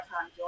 time